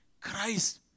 Christ